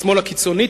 בשמאל הקיצוני,